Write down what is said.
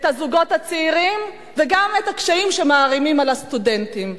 את הזוגות הצעירים וגם את הקשיים שמערימים על הסטודנטים,